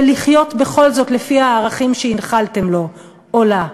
ולחיות בכל זאת לפי הערכים שהנחלתם לו או לה?